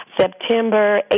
September